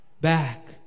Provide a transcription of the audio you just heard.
back